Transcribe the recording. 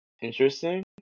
interesting